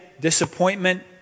disappointment